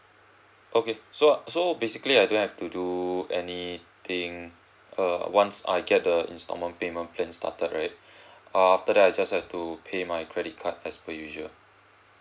okay so so basically I don't have to do anything uh once I get the installment payment plan started right after that I just have to pay my credit card as per usual